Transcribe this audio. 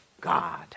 God